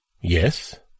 Yes